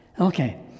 Okay